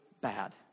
bad